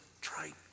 try